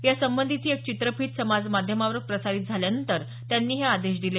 यासंबंधिचा एक चित्रफित समाजमाध्यमावर प्रसारीत झाल्यानंतर त्यांनी हे आदेश दिले